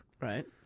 Right